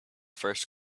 first